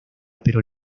pero